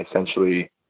essentially